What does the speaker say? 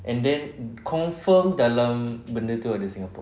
and then confirm dalam benda tu ada singapore